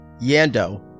Yando